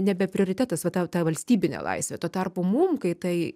nebe prioritetas va tau ta valstybinė laisvė tuo tarpu mum kai tai